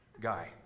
guy